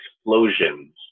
explosions